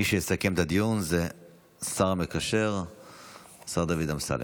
מי שיסכם את הדיון הוא השר המקשר השר דוד אמסלם.